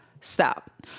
stop